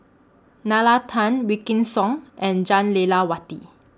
Nalla Tan Wykidd Song and Jah Lelawati